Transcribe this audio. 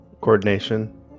Coordination